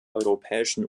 europäischen